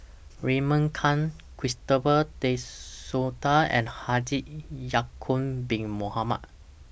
Raymond Kang Christopher De Souza and Haji Ya'Acob Bin Mohamed